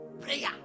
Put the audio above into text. prayer